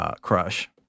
crush